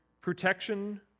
protection